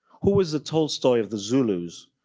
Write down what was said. who is the tolstoy of the zulus?